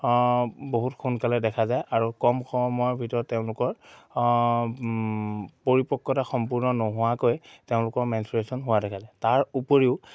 বহুত সোনকালে দেখা যায় আৰু কম সময়ৰ ভিতৰত তেওঁলোকৰ পৰিপক্কতা সম্পূৰ্ণ নোহোৱাকৈ তেওঁলোকৰ মেন্সট্ৰোৱেশ্যন হোৱা দেখা যায় তাৰ উপৰিও